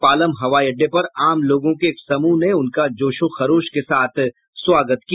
पालम हवाई अड्डे पर आम लोगों के एक समूह ने उनका जोशोखरोश के साथ स्वागत किया